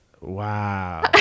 Wow